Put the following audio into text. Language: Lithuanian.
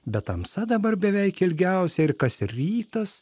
bet tamsa dabar beveik ilgiausia ir kas rytas